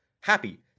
happy